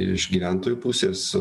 iš gyventojų pusės